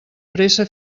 pressa